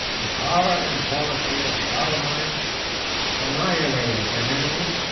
the power and policy of charlemagne annihilated an enemy,